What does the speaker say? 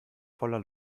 voller